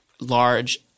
large